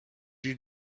you